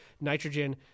nitrogen